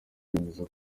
bemeza